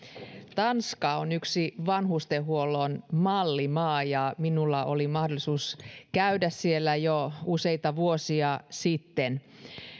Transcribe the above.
tanska on yksi vanhustenhuollon mallimaa ja minulla oli mahdollisuus käydä siellä jo useita vuosia sitten